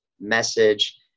message